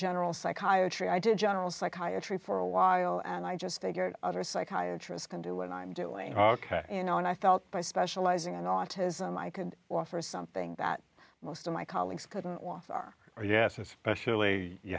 general psychiatry i did general psychiatry for a while and i just figured other psychiatry is going to win i'm doing ok you know and i felt by specializing on autism i could offer something that most of my colleagues couldn't are yes especially you